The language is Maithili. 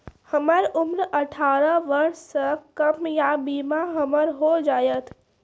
हमर उम्र अठारह वर्ष से कम या बीमा हमर हो जायत?